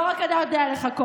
לא רק אתה יודע לחקות.